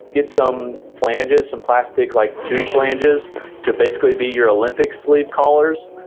get some flanges, some plastic like two flanges to basically be your olympic sleeve collars,